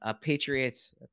Patriots